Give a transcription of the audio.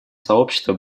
сообщества